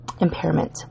impairment